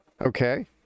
okay